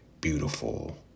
beautiful